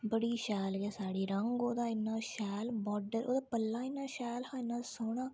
बड़ी शैल गै साड़ी रंग ओह्दा इन्ना शैल बार्डर ओह्दा पल्ला इन्ना शैल हा इन्ना सोह्ना